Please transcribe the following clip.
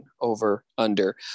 over-under